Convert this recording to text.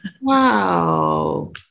Wow